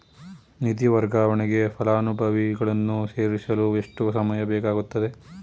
ನಿಧಿ ವರ್ಗಾವಣೆಗೆ ಫಲಾನುಭವಿಗಳನ್ನು ಸೇರಿಸಲು ಎಷ್ಟು ಸಮಯ ಬೇಕಾಗುತ್ತದೆ?